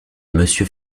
monsieur